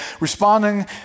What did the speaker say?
responding